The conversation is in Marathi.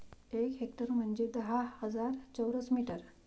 एक हेक्टर म्हंजे दहा हजार चौरस मीटर